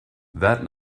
that